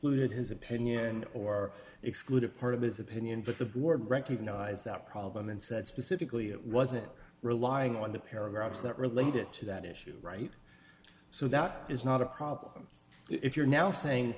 cleared his opinion or exclude a part of his opinion but the board recognized that problem and said specifically it wasn't relying on the paragraphs that related to that issue right so that is not a problem if you're now saying